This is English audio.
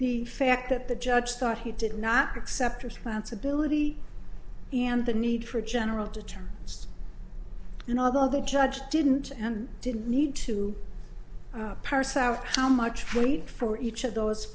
the fact that the judge thought he did not accept responsibility and the need for a general to turn and although the judge didn't and didn't need to parse out how much weight for each of those